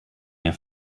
mehr